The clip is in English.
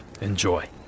enjoy